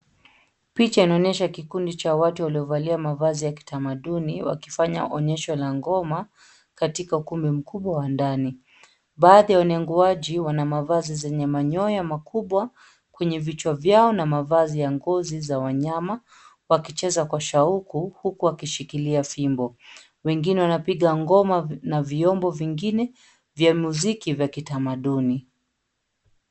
Picha inaonyesha kikundi cha watu waliovalia mavazi ya kitamaduni wakifanya onyesho la ngoma katika ukumbi mkubwa wa ndani. Baadhi ya wanenguaji wana mavazi zenye manyoya makubwa kwenye vichwa vyao na mavazi ya ngozi za wanyama ,wakicheza kwa shauku huku wakishikilia fimbo. Wengine wanapiga ngoma na vyombo vingine vya muziki vya kitamaduni.